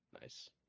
Nice